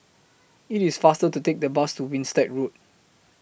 IT IS faster to Take The Bus to Winstedt Road